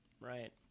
right